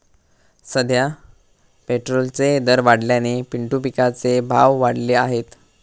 सध्या पेट्रोलचे दर वाढल्याने पिंटू पिकाचे भाव वाढले आहेत